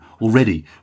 already